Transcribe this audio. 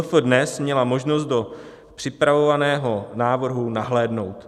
MF DNES měla možnost do připravovaného návrhu nahlédnout.